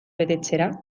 betetzera